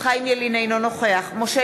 הם באמת נמצאים בתחתית הסולם.